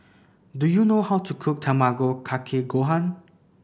do you know how to cook Tamago Kake Gohan